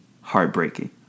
heartbreaking